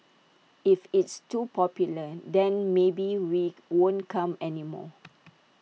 if it's too popular then maybe we won't come anymore